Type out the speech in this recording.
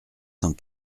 cent